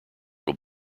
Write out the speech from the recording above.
will